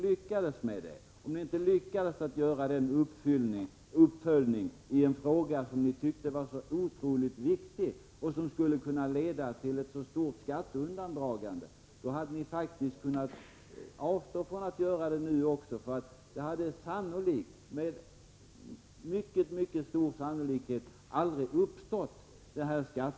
Även om ni inte hade lyckats göra en uppföljning i en fråga som ni tyckte att det var så otroligt viktigt att fatta beslut i för att undvika ett stort skatteundandragande, hade ni faktiskt kunnat avstå även nu. Det skattesvinn som ni befarade hade nämligen med mycket stor sannolikhet aldrig uppstått.